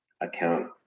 account